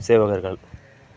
சேவகர்கள்